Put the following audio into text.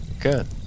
good